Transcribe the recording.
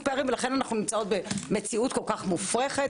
פערים ולכן אנחנו נמצאות במציאות כל כך מופרחת.